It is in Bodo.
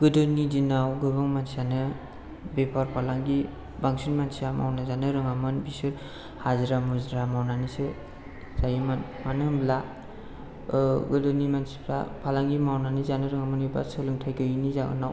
गोदोनि दिनाव गोबां मानसियानो बेफार फालांगि बांसिन मानसिया मावना जानो रोङामोन बिसोर हाजिरा मुजिरा मावनानैसो जायोमोन मानो होनब्ला गोदोनि मानसिफ्रा फालांगि मावनानै जानो रोङामोन एबा सोलोंथाइ गैयैनि जाउनाव